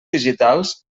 digitals